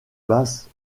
basse